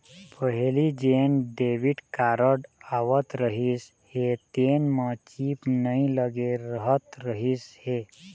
पहिली gen debit card आवत रहिस हे तेन म चिप नइ लगे रहत रहिस हे